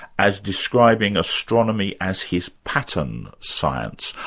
as describing astronomy as his pattern science.